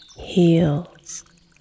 heals